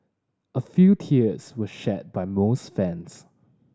a few tears were shed by most fans